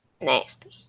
Nasty